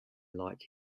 like